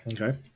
Okay